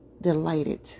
delighted